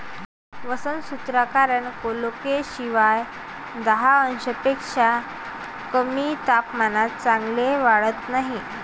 वसंत ऋतू कारण कोलोकेसिया दहा अंशांपेक्षा कमी तापमानात चांगले वाढत नाही